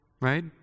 right